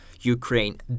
Ukraine